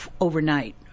overnight